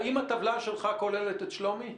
האם הטבלה שלך כוללת את שלומי?